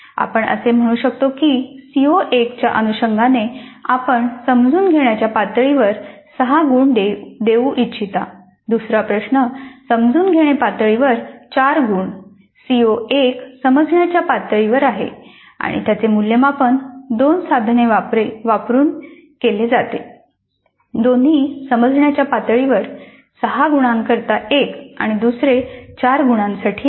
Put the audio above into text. आपण असे म्हणू शकतो की सीओ 1 च्या अनुषंगाने आपण समजून घेण्याच्या पातळीवर 6 गुण देऊ इच्छितो दुसरा प्रश्न समजून घेणे पातळीवर 4 गुण सीओ 1 समजण्याच्या पातळीवर आहे आणि त्याचे मूल्यमापन दोन साधने वापरून केले जाते दोन्ही समजण्याच्या पातळीवर 6 गुणांकरिता एक आणि दुसरे 4 गुणांसाठी